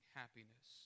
happiness